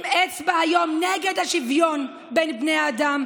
אצבע היום נגד השוויון בין בני אדם,